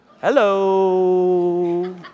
Hello